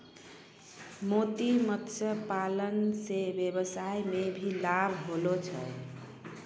मोती मत्स्य पालन से वेवसाय मे भी लाभ होलो छै